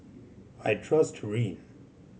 I trust Rene